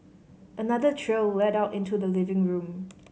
another trail led out into the living room